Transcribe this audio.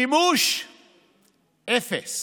מימוש אפס.